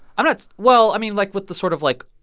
i'm not well, i mean, like, with the sort of, like,